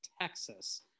texas